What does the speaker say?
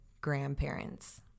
grandparents